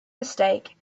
mistake